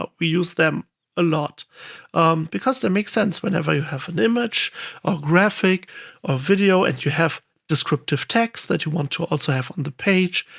ah we use them a lot because they make sense. whenever you have an image or graphic or video, and you have descriptive text that you want to also have on the page,